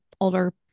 older